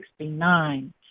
1969